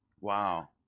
Wow